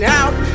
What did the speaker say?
out